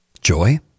Joy